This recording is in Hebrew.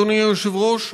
אדוני היושב-ראש,